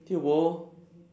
tio bo